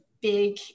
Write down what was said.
big